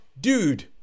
Dude